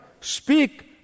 speak